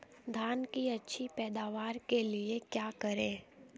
धान की अच्छी पैदावार के लिए क्या करें?